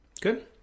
Good